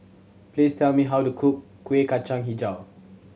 please tell me how to cook Kueh Kacang Hijau